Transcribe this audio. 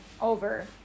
over